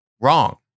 Wrong